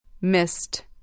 Missed